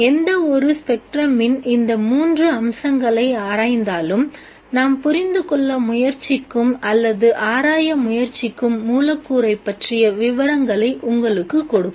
எந்த ஒரு ஸ்பெக்ட்ரமின் இந்த மூன்று அம்சங்களை ஆராய்ந்தாலும் நாம் புரிந்துகொள்ள முயற்சிக்கும் அல்லது ஆராய முயற்சிக்கும் மூலக்கூறை பற்றிய விவரங்களை உங்களுக்கு கொடுக்கும்